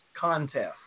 contest